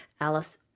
Alice